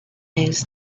news